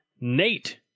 Nate